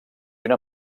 una